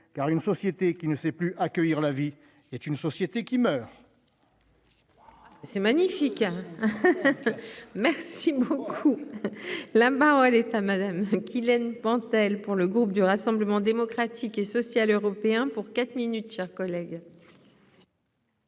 car une société qui ne sait plus accueillir la vie est une société qui. C'est magnifique, merci beaucoup la, elle est à Madame Kilène Pantel pour le groupe du Rassemblement démocratique et social européen pour quatre minutes chers collègues.